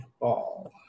ball